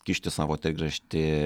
kišti savo trigraštį